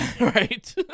Right